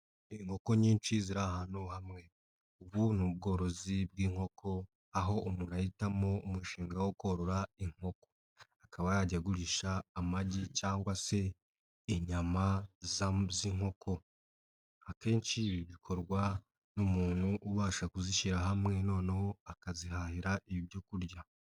Inkoko nyinshi ziri ahantu hamwe ubu ni ubworozi bw'inkoko aho umuntu ahitamo umushinga wo korora inkoko akaba yajya agurisha amagi cyangwa se inyama z'inkoko akenshi bikorwa n'umuntu ubasha kuzishyira hamwe noneho akazihahira ibyoku kurya.